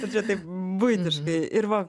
čia taip buitiškai ir va